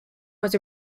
was